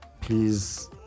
please